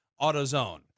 AutoZone